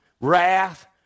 wrath